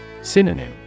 Synonym